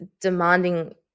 demanding